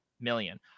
million